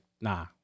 nah